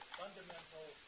fundamental